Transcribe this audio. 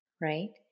right